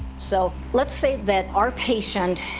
so let's say that our patient,